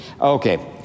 Okay